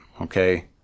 okay